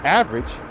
average